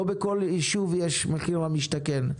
לא בכל יישוב יש מחיר למשתכן,